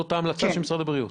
זאת ההמלצה של משרד הבריאות?